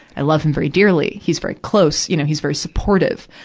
i love him very dearly. he's very close. you know, he's very supportive.